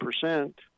percent